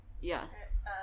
Yes